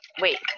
wait